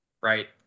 right